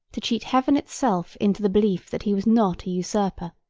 to cheat heaven itself into the belief that he was not a usurper,